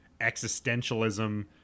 existentialism